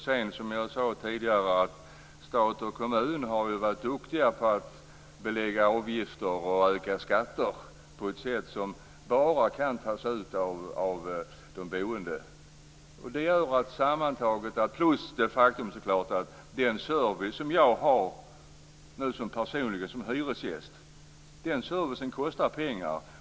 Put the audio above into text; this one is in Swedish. Som jag sade tidigare har stat och kommun varit duktiga på att belägga med avgifter och öka skatter på ett sätt som bara kan tas ut av de boende. Den service som jag personligen har som hyresgäst kostar pengar.